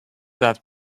that